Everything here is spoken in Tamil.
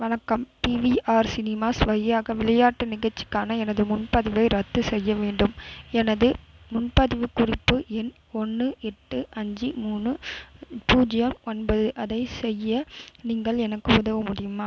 வணக்கம் பிவிஆர் சினிமாஸ் வழியாக விளையாட்டு நிகழ்ச்சிக்கான எனது முன்பதிவு ரத்து செய்ய வேண்டும் எனது முன்பதிவு குறிப்பு எண் ஒன்று எட்டு அஞ்சு மூணு பூஜ்ஜியம் ஒன்பது அதைச் செய்ய நீங்கள் எனக்கு உதவ முடியுமா